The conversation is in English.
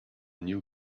new